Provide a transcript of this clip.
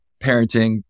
parenting